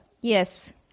yes